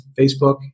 facebook